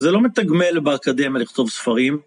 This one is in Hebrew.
זה לא מתגמל באקדמיה לכתוב ספרים.